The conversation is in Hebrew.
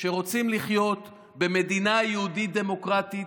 שרוצים לחיות במדינה יהודית דמוקרטית,